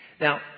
Now